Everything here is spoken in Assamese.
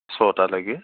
ছটালৈকে